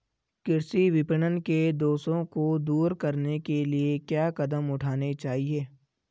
कृषि विपणन के दोषों को दूर करने के लिए क्या कदम उठाने चाहिए?